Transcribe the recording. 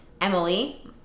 Emily